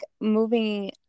moving